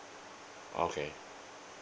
okay